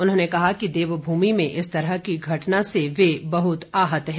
उन्होंने कहा कि देवभूमि में इस तरह की घटना से वह बहत आहत हैं